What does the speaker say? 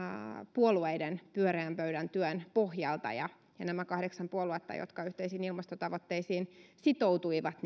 puolueiden pyöreän pöydän työn pohjalta ja nämä kahdeksan puoluetta jotka yhteisiin ilmastotavoitteisiin sitoutuivat